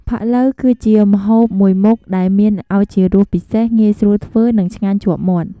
ផាក់ឡូវ គឺជាម្ហូបមួយមុខដែលមានឱជារសពិសេស ងាយស្រួលធ្វើ និងឆ្ងាញ់ជាប់មាត់។